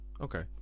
okay